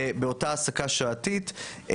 באותה העסקה שעתית.